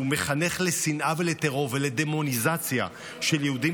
שהוא מחנך לשנאה ולטרור ולדמוניזציה של יהודים